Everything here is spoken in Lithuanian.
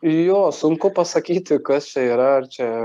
jo sunku pasakyti kas čia yra ar čia